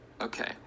Okay